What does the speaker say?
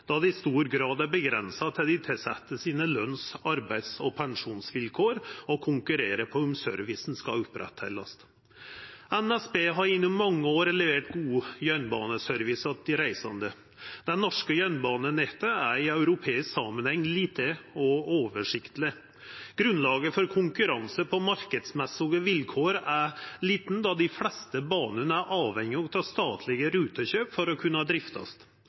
det i stor grad er avgrensa til dei tilsette sine løns-, arbeids- og pensjonsvilkår å konkurrera på om servicen skal oppretthaldast. NSB har gjennom mange år levert god jernbaneservice til dei reisande. Det norske jernbanenettet er i europeisk samanheng lite og oversiktleg. Grunnlaget for konkurranse på marknadsmessige vilkår er lite, då dei fleste banene er avhengige av statlege rutekjøp for å kunna driftast.